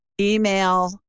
email